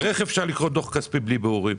איך אפשר לקרוא דוח כספי בלי בירורים?